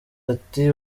ati